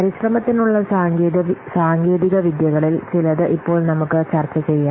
പരിശ്രമത്തിനുള്ള സാങ്കേതിക വിദ്യകളിൽ ചിലത് ഇപ്പോൾ നമുക്ക് ചർച്ച ചെയ്യാം